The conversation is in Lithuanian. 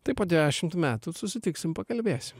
tai po dešimt metų susitiksim pakalbėsim